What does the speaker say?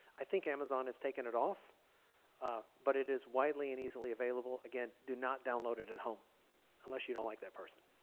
i think amazon has taken it off but it is widely and easily available. again, do not download it at home unless you don't like that person.